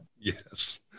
Yes